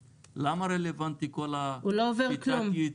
למה רלוונטי כל ה --- הוא לא עובר כלום.